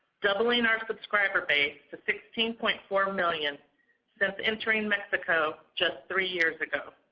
doubling our subscriber base to sixteen point four million since entering mexico just three years ago.